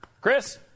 Chris